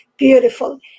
Beautiful